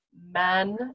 men